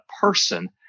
person